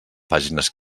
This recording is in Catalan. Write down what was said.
pàgines